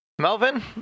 Melvin